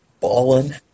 Ballin